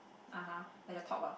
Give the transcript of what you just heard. (uh huh) at the top ah